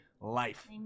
life